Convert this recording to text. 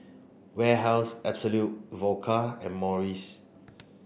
Warehouse Absolut Vodka and Morries